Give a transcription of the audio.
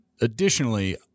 additionally